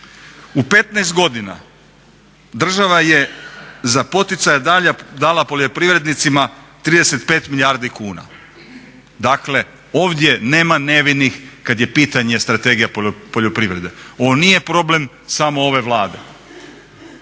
U 15 godina država je za poticaje dala poljoprivrednicima 35 milijardi kuna. Dakle, ovdje nema nevinih kad je pitanje strategija poljoprivrede. Ovo nije problem samo ove Vlade,